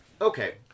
Okay